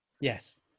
yes